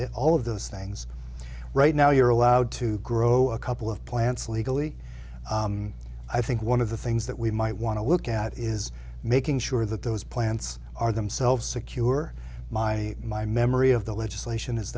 idea all of those things right now you're allowed to grow a couple of plants legally i think one of the things that we might want to look at is making sure that those plants are themselves secure my my memory of the legislation is